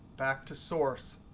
back to source.